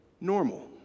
normal